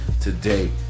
today